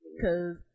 Cause